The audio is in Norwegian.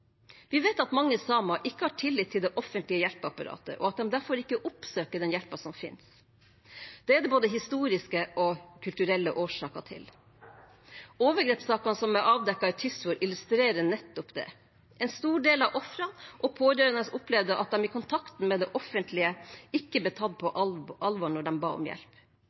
Vi vet at mange samer ikke har tillit til det offentlige hjelpeapparatet, og at de derfor ikke oppsøker hjelpen som finnes. Det er det både historiske og kulturelle årsaker til. Overgrepssakene som er avdekket i Tysfjord, illustrerer nettopp det. En stor del av ofrene og pårørende opplevde at de i kontakten med det offentlige ikke ble tatt på alvor når de ba om hjelp.